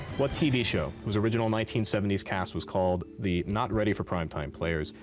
what tv show, whose original nineteen seventy s cast was called the not ready for primetime players,